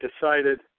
decided